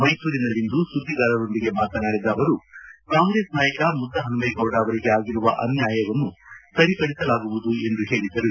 ಮೈಸೂರಿನಲ್ಲಿಂದು ಸುದ್ದಿಗಾರರೊಂದಿಗೆ ಮಾತನಾಡಿದ ಅವರು ಕಾಂಗ್ರೆಸ್ ನಾಯಕ ಮುದ್ದಹನುಮೇಗೌಡ ಅವರಿಗೆ ಆಗಿರುವ ಅನ್ಯಾಯವನ್ನು ಸರಿಪಡಿಸಲಾಗುವುದು ಎಂದು ಹೇಳಿದರು